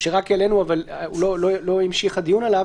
ולא המשיך הדיון עליה.